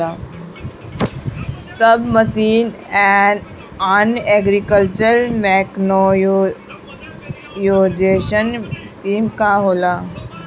सब mission on agriculture mechanisation scheme का होला?